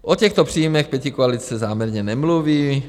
O těchto příjmech pětikoalice záměrně nemluví.